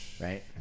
Right